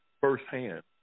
firsthand